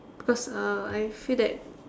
because uh I feel that